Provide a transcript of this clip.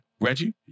Reggie